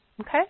Okay